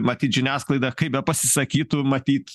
matyt žiniasklaida kaip bepasisakytų matyt